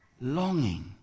longing